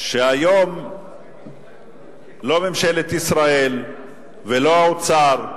שהיום לא ממשלת ישראל ולא האוצר,